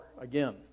again